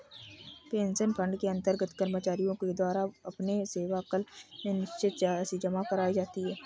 pension fund के अंतर्गत कर्मचारियों के द्वारा अपने सेवाकाल में निश्चित राशि जमा कराई जाती है